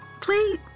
Please